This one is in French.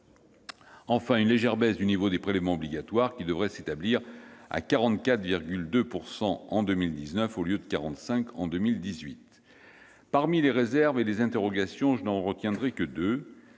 enfin, une légère baisse du niveau des prélèvements obligatoires, qui devrait s'établir à 44,2 % en 2019, au lieu de 45 % en 2018. Des réserves et interrogations que l'on peut formuler,